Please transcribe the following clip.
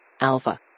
Alpha